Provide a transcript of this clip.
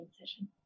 incision